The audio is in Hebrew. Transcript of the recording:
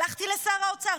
הלכתי לשר האוצר,